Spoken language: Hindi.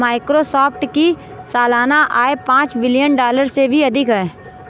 माइक्रोसॉफ्ट की सालाना आय पांच बिलियन डॉलर से भी अधिक है